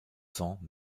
cents